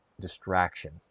distraction